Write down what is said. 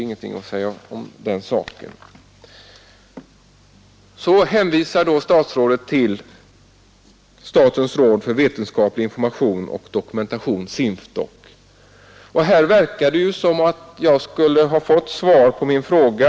Statsrådet hänvisar till statens råd för vetenskaplig information och dokumentation, SINFDOK. Här verkar det som om jag skulle ha fått svar på min fråga.